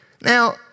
Now